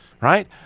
right